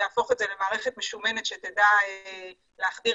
יהפוך את זה למערכת משומנת שתדע להחדיר